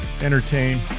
entertain